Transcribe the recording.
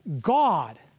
God